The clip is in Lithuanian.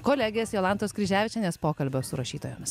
kolegės jolantos kryževičienės pokalbio su rašytojomis